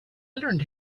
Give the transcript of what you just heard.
learned